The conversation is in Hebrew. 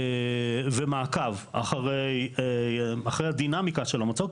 ומעקב אחרי הדינאמיקה של המצוק.